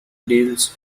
deals